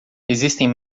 existem